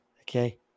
Okay